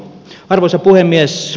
arvoisa puhemies